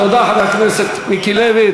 תודה, חבר הכנסת מיקי לוי.